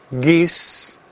geese